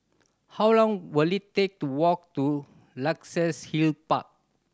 how long will it take to walk to Luxus Hill Park